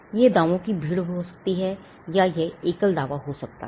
यह दावों की भीड़ हो सकती है या यह एकल दावा हो सकता है